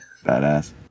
Badass